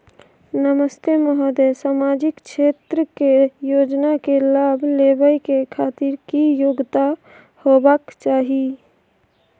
नमस्ते महोदय, सामाजिक क्षेत्र के योजना के लाभ लेबै के खातिर की योग्यता होबाक चाही?